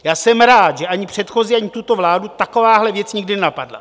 Já jsem rád, že ani předchozí, ani tuto vládu takováhle věc nikdy nenapadla.